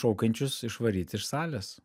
šaukiančius išvaryti iš salės